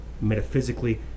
metaphysically